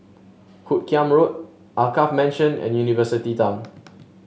Hoot Kiam Road Alkaff Mansion and University Town